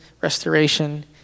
restoration